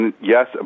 yes